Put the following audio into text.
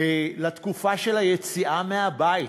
לתקופה של היציאה מהבית,